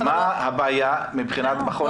מה הבעיה מבחינת מכון התקנים?